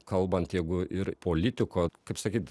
kalbant jeigu ir politiko kaip sakyt